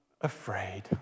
afraid